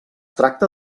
tracta